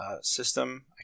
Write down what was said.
system